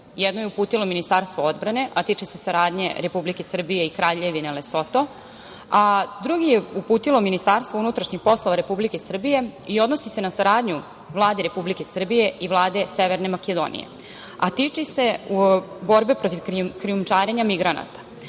jedan je uputilo Ministarstvo odbrane, a tiče se saradnje Republike Srbije i Kraljevine Lesoto, a drugi je uputilo Ministarstvo unutrašnjih poslova Republike Srbije i odnosi se na saradnju Vlade Republike Srbije i Vlade Severne Makedonije, a tiče se borbe protiv krijumčarenja migranata,